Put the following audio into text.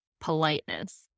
politeness